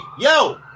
yo